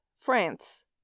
France